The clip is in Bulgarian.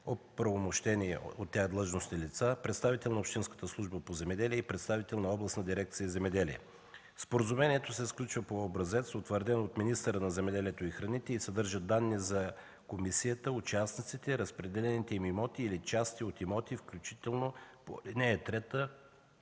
оправомощени от тях длъжностни лица, представител на Общинската служба по земеделие и представител на Областна дирекция „Земеделие”. Споразумението се сключва по образец, утвърден от министъра на земеделието и храните, и съдържа данни за комисията, участниците, разпределените им имоти или части от имоти, включително по ал. 3,